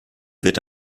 wird